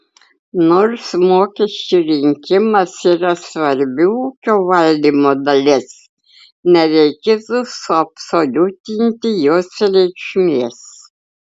nors mokesčių rinkimas yra svarbi ūkio valdymo dalis nereikėtų suabsoliutinti jos reikšmės